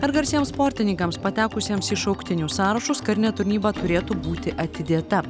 ar garsiems sportininkams patekusiems į šauktinių sąrašus karinė tarnyba turėtų būti atidėta